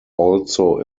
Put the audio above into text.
also